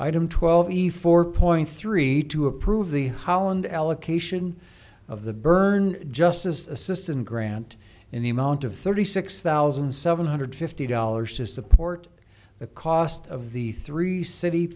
item twelve efore point three to approve the holland allocation of the burn just as assistant grant in the amount of thirty six thousand seven hundred fifty dollars to support the cost of the three city